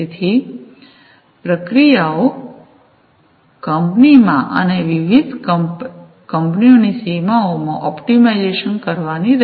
તેથી પ્રક્રિયાઓ કંપનીમાં અને વિવિધ કંપનીની સીમાઓમાં ઑપ્ટિમાઇઝ કરવાની રહેશે